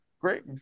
Great